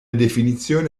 definizione